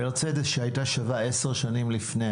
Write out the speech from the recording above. מרצדס שהייתה שווה עשר שנים לפני,